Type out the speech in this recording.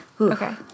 Okay